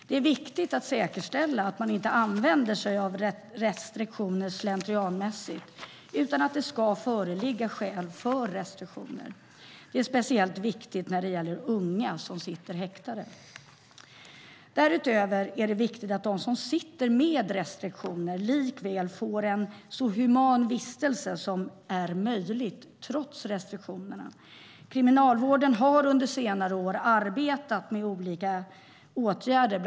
Det är viktigt att säkerställa att man inte använder sig av restriktioner slentrianmässigt utan att det ska föreligga skäl för restriktioner. Detta är speciellt viktigt när det gäller unga som sitter häktade. Därutöver är det viktigt att de som sitter med restriktioner likväl får en så human vistelse som är möjlig trots restriktionerna. Kriminalvården har under senare år arbetat med olika åtgärder.